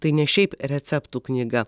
tai ne šiaip receptų knyga